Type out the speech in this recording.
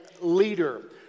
leader